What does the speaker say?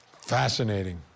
fascinating